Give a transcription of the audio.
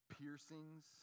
piercings